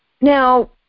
now